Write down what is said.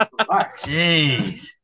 jeez